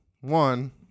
one